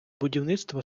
будівництва